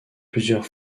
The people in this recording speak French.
plusieurs